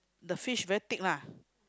the fish very thick lah